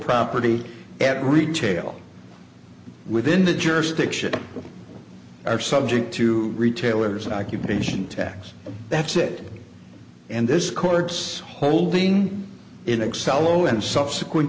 property at retail within the jurisdiction are subject to retailers occupation tax that's it and this court's holding in excel zero in subsequent